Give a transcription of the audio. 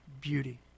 beauty